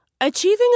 Achieving